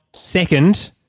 second